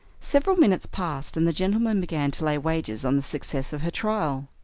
several minutes passed, and the gentlemen began to lay wagers on the success of her trial.